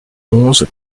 onze